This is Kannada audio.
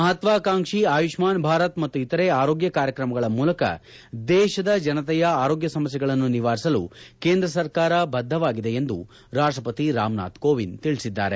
ಮಹತ್ವಾಕಾಂಕ್ಷಿ ಆಯುಷ್ಮಾನ್ ಭಾರತ್ ಮತ್ತು ಇತರೆ ಆರೋಗ್ಯ ಕಾರ್ಯಕ್ರಮಗಳ ಮೂಲಕ ದೇಶದ ಜನತೆಯ ಆರೋಗ್ಯ ಸಮಸ್ಥೆಗಳನ್ನು ನಿವಾರಿಸಲು ಕೇಂದ್ರ ಸರ್ಕಾರ ಬದ್ಧವಾಗಿದೆ ಎಂದು ರಾಷ್ಟಪತಿ ರಾಮನಾಥ್ ಕೋವಿಂದ್ ತಿಳಿಸಿದ್ದಾರೆ